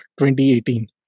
2018